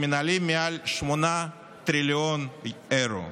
שמנהלים מעל 8 טריליון אירו.